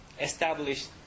established